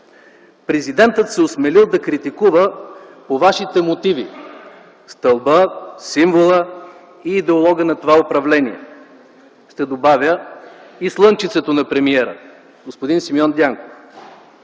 Президентът се осмелил да критикува, по вашите мотиви, Стълба, Символа и Идеолога на това управление, ще добавя: и Слънчицето на премиера господин Симеон Дянков.